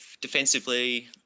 defensively